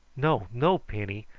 no, no, penny!